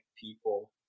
people